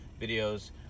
videos